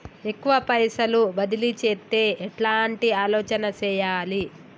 ఎక్కువ పైసలు బదిలీ చేత్తే ఎట్లాంటి ఆలోచన సేయాలి?